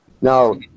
Now